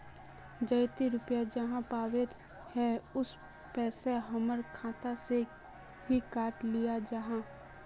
जयते रुपया आहाँ पाबे है उ पैसा हमर खाता से हि काट लिये आहाँ?